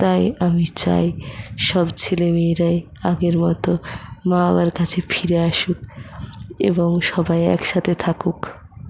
তাই আমি চাই সব ছেলেমেয়েরাই আগের মতো মা বাবার কাছে ফিরে আসুক এবং সবাই একসাথে থাকুক